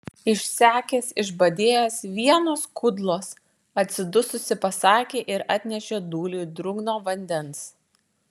išsekęs išbadėjęs vienos kudlos atsidususi pasakė ir atnešė dūliui drungno vandens